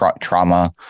trauma